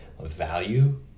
value